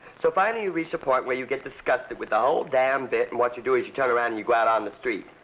so finally you reach a point where you get disgusted with the whole damn bit and what you do is you turn around and you go out on the street.